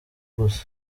gusa